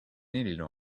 illinois